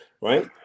Right